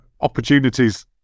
opportunities